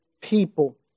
people